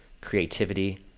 creativity